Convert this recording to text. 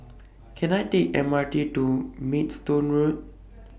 Can I Take M R T to Maidstone Road